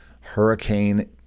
hurricane